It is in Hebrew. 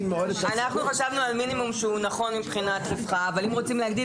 אנחנו חשבנו על מינימום שהוא נכון אבל אם רוצים להגדיל,